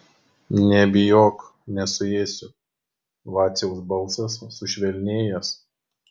nebijok nesuėsiu vaciaus balsas sušvelnėjęs